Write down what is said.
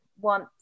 want